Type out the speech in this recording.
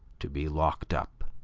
to be locked up.